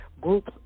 groups